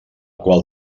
qual